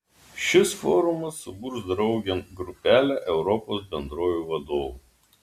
šis forumas suburs draugėn grupelę europos bendrovių vadovų